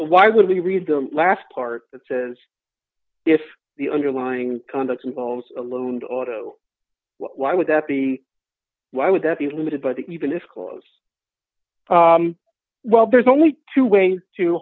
why would you read the last part that says if the underlying conduct involves a loon or why would that the why would that be limited but even if clause well there's only two ways to